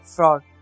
Fraud